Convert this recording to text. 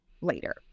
later